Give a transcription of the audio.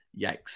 Yikes